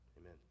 Amen